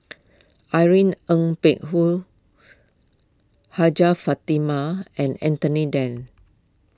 Irene Ng Phek Hoong Hajjah Fatimah and Anthony then